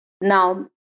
Now